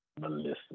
Melissa